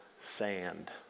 sand